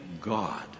God